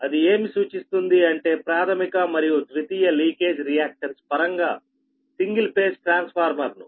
అది ఏమి సూచిస్తుంది అంటే ప్రాధమిక మరియు ద్వితీయ లీకేజ్ రియాక్టన్స్ పరంగా సింగిల్ ఫేజ్ ట్రాన్స్ఫార్మర్ ను